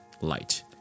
light